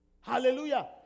Hallelujah